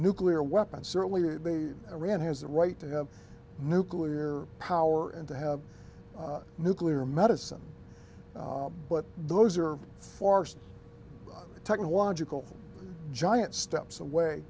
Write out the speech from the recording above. nuclear weapons certainly iran has the right to have nuclear power and to have nuclear medicine but those are forced technological giant steps away